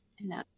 No